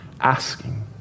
asking